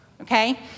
okay